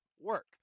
work